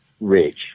rich